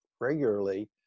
regularly